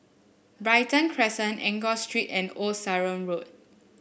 Brighton Crescent Enggor Street and Old Sarum Road